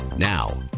Now